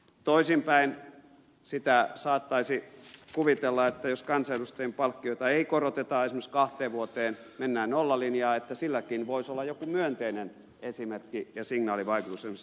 toisinpäin sitä saattaisi kuvitella että jos kansanedustajien palkkioita ei koroteta esimerkiksi kahteen vuoteen mennään nollalinjaa että silläkin voisi olla joku myönteinen esimerkki ja signaalivaikutus esimerkiksi työmarkkinakenttään